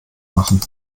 machen